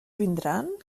vindran